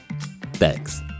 Thanks